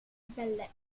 below